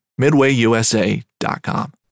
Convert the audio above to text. MidwayUSA.com